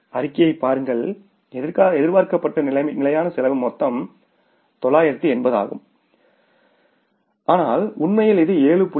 அறிக்கையைப் பாருங்கள் எதிர்பார்க்கப்பட்ட நிலையான செலவு மொத்தம் 980 ஆகும் ஆனால் உண்மையில் இது 7